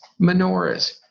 menorahs